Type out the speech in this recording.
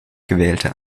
gewählte